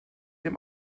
dem